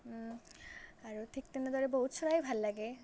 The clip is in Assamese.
আৰু ঠিক তেনেদৰে বহুত চৰাই ভাল লাগে